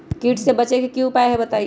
कीट से बचे के की उपाय हैं बताई?